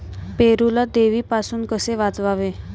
पेरूला देवीपासून कसे वाचवावे?